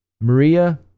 Maria